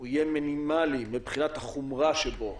יהיה מינימלי מבחינת החומרה שבו,